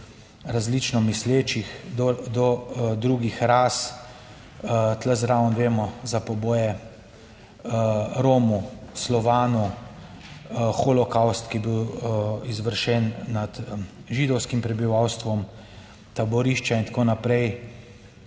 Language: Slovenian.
različno mislečih, do drugih ras, tu zraven vemo za poboje Romov, Slovanov, holokavst, ki je bil izvršen nad židovskim prebivalstvom, taborišča in tako naprej.